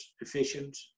efficient